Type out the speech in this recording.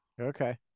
Okay